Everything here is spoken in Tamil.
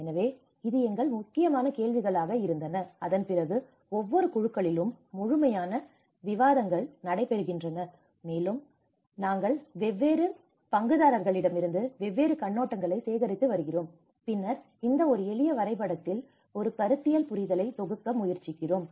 எனவே இது எங்கள் முக்கியமான கேள்விகள் அதன்பிறகு ஒவ்வொரு குழுக்களிலும் முழுமையான விவாதங்கள் நடைபெறுகின்றன மேலும் நாங்கள் வெவ்வேறு பங்குதாரர்களிடமிருந்து வெவ்வேறு கண்ணோட்டங்களை சேகரித்து வருகிறோம் பின்னர் இந்த ஒரு எளிய வரைபடத்தில் ஒரு கருத்தியல் புரிதலை தொகுக்க முயற்சிக்கிறோம்